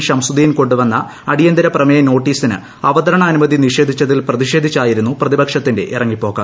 ഷംസുദ്ദീൻ കൊണ്ടുവന്ന അടിയന്തിര പ്രമേയ നോട്ടീസിന് അവതരണാനുമതി നിഷേധിച്ചതിൽ പ്രതിഷേധിച്ചായിരുന്നു പ്രതീപുക്ഷത്തിന്റെ ഇറങ്ങിപ്പോക്ക്